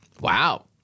Wow